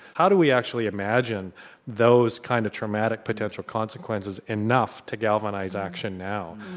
how do we actually imagine those kinds of traumatic potential consequences enough to galvanise action now?